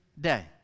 day